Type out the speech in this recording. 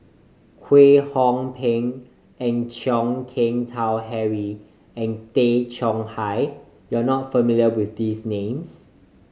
Kwek Hong Png and Chan Keng Howe Harry and Tay Chong Hai you are not familiar with these names